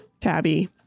Tabby